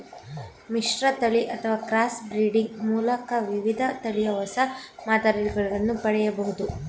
ಮಿಶ್ರತಳಿ ಅಥವಾ cross breeding ಮೂಲಕ ವಿವಿಧ ತಳಿಯ ಹೊಸ ಮಾದರಿಗಳನ್ನು ಪಡೆಯಬೋದು